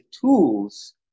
tools